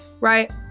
right